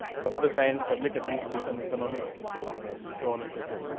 computer science public administration economics and so on and so forth.